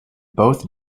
both